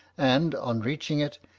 and, on reaching it,